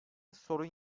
sorun